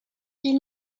ils